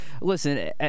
Listen